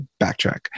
backtrack